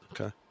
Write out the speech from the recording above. Okay